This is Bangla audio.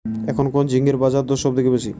এখন কোন ঝিঙ্গের বাজারদর সবথেকে বেশি?